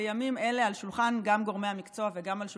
בימים אלה גם על שולחן גורמי המקצוע וגם על שולחני.